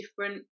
different